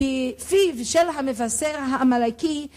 ‫בפיו של המבשר העמלקי.